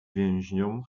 więźniom